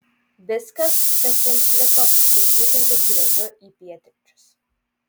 viskas kas jiems liko tai kiūtinti grioviu į pietryčius